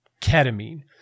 ketamine